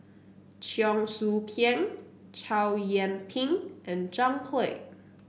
Cheong Soo Pieng Chow Yian Ping and Zhang Hui